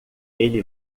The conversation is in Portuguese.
ele